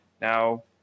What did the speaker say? Now